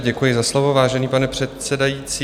Děkuji za slovo, vážený pane předsedající.